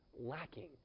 lacking